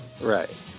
right